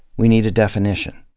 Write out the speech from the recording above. we need a definition.